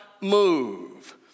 move